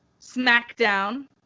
SmackDown